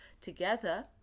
together